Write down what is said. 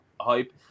hype